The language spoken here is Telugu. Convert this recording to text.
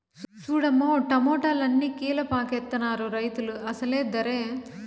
సూడమ్మో టమాటాలన్ని కీలపాకెత్తనారు రైతులు అసలు దరే